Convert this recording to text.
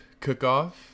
cook-off